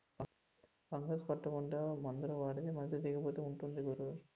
fungus పట్టకుండా మందులు వాడితే మంచి దిగుబడి ఉంటుంది గురూ